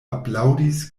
aplaŭdis